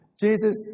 Jesus